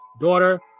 daughter